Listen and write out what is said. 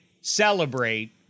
celebrate